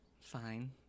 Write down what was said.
Fine